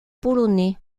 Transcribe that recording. polonais